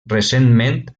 recentment